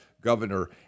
governor